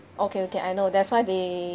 okay okay I know that's why they